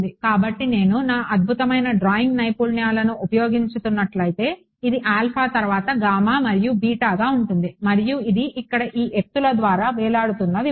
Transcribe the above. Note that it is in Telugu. కాబట్టి నేను నా అద్భుతమైన డ్రాయింగ్ నైపుణ్యాలను ఉపయోగించబోతున్నట్లయితే ఇది ఆల్ఫా తర్వాత గామా మరియు బీటాగా ఉంటుంది మరియు ఇది ఇక్కడ ఈ ఎత్తుల ద్వారా వేలాడుతున్న విమానం